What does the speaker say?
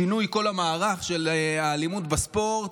שינוי כל המערך של האלימות בספורט.